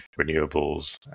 renewables